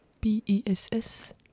B-E-S-S